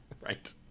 Right